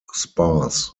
sparse